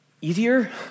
easier